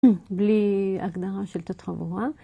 בלי הגדרה של תת-חבורה.